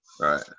Right